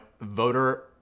voter